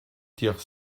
dire